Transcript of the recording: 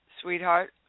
sweetheart